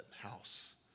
house